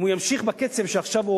אם הוא ימשיך בקצב של עכשיו,